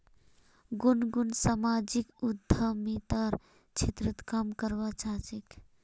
गुनगुन सामाजिक उद्यमितार क्षेत्रत काम करवा चाह छेक